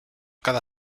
cada